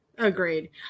agreed